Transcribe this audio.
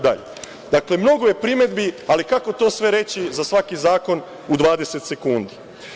Dakle, mnogo je primedbi, ali kako to sve reći za svaki zakon u 20 sekundi.